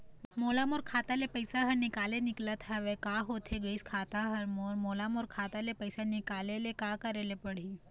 मोर खाता ले पैसा हर निकाले निकलत हवे, का होथे गइस खाता हर मोर, मोला मोर खाता ले पैसा निकाले ले का करे ले पड़ही?